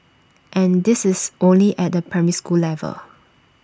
and this is only at the primary school level